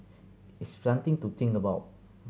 it's something to think about